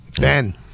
Ben